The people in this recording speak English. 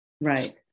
right